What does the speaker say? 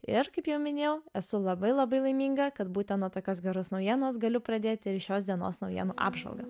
ir kaip jau minėjau esu labai labai laiminga kad būtent nuo tokios geros naujienos galiu pradėti ir šios dienos naujienų apžvalgą